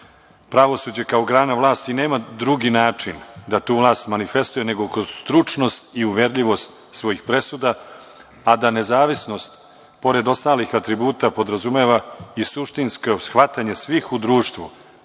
pravosuđe kao grana vlasti nema drugi način da tu vlast manifestuje, nego kroz stručnost i uverljivost svojih presuda, a da nezavisnost, pored ostalih atributa, podrazumeva i suštinsko shvatanje svih u društvu